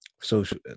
social